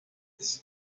this